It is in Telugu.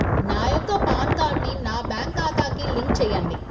నా యొక్క పాన్ కార్డ్ని నా బ్యాంక్ ఖాతాకి లింక్ చెయ్యండి?